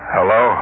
Hello